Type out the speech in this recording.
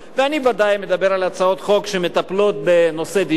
ואני ודאי מדבר על הצעות חוק שמטפלות בנושא דיור,